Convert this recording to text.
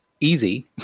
easy